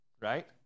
right